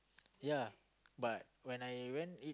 yeah but when I went it